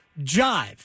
jive